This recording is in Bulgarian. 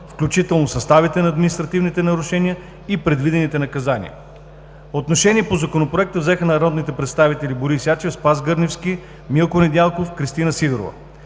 включително: съставите на административните нарушения и предвидените наказания. Отношение по Законопроекта взеха следните народни представители: Борис Ячев, Спас Гърневски, Милко Недялков, Кристина Сидорова.